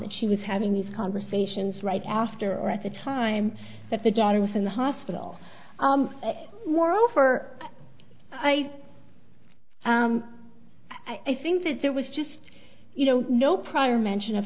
that she was having these conversations right after or at the time that the daughter was in the hospital moreover i i think that there was just you know no prior mention of